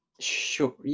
sure